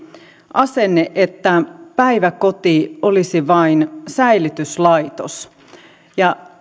asenne että päiväkoti olisi vain säilytyslaitos ja